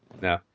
No